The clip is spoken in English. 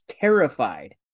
terrified